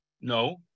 no